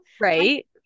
right